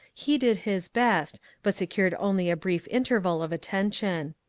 he did his best, but secured only a brief interval of attention.